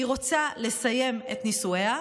היא רוצה לסיים את נישואיה,